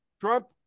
Trump